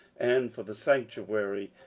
and for the sanctuary,